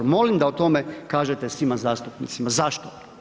Molim da o tome kažete svima zastupnicima, zašto?